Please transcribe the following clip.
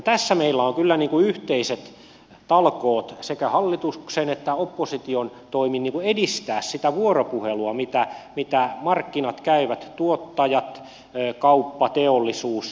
tässä meillä on kyllä yhteiset talkoot sekä hallituksen että opposition toimin edistää sitä vuoropuhelua mitä markkinat tuottajat kauppa teollisuus käyvät